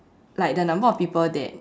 like the number of people that